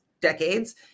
decades